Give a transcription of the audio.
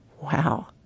Wow